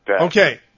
Okay